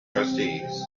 trustees